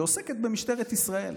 שעוסקת במשטרת ישראל.